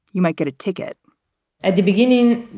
you might get a ticket at the beginning,